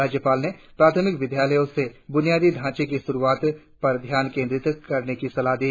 राज्यपाल ने प्राथमिक विद्यालयों से बूनियादी ढांचे की श्रुआत पर ध्यान केंद्रीत करने की सलाह दी